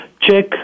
Check